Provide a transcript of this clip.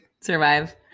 survive